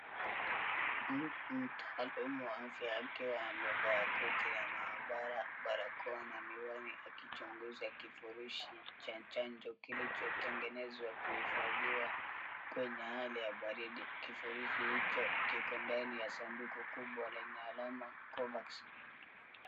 Mtaalumu wa afya akiwa amevaa koti la maabara, barakoa na miwani akichunguza kifurushi cha chanjo kilichotengenezwa kuhifadhiwa kwenye hali ya baridi . Kifurushi hicho kiko ndani ya sanduku kubwa lenye alama Coverx.